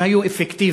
הם היו אפקטיביים.